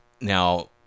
Now